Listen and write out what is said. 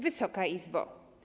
Wysoka Izbo!